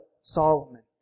Solomon